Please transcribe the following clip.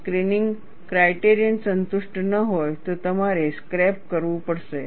જો screening criterion સંતુષ્ટ ન હોય તો તમારે સ્ક્રેપ કરવું પડશે